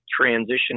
transition